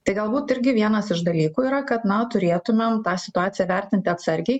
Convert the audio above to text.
tai galbūt irgi vienas iš dalykų yra kad na turėtumėm tą situaciją vertinti atsargiai